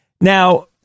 Now